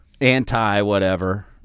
anti-whatever